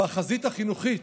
והחזית החינוכית,